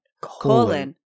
Colon